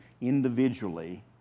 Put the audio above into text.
individually